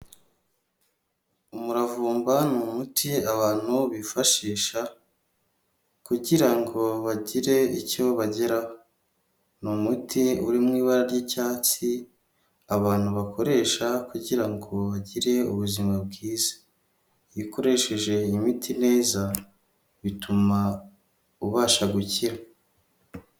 Umuravumba ni muti abantu bifashisha kugira ngo bagire icyo bageraho, ni umuti uri mu ibara ry'icyatsi abantu bakoresha kugira ngo bagire ubuzima bwiza, iyo ukoresheje imiti neza bituma ubasha gukira.